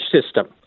system